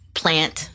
plant